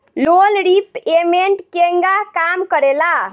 Loan repayment केगा काम करेला?